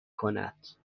کند